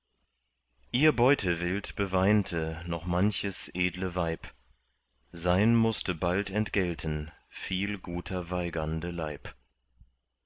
ihr beutewild beweinte noch manches edle weib sein mußte bald entgelten viel guter weigande leib